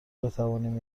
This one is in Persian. بتوانیم